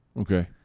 Okay